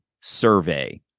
survey